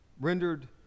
Rendered